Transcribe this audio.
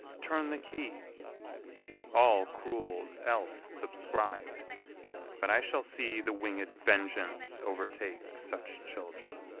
turn the key all cruels else subscrib'd but i shall see the winged vengeance overtake such children.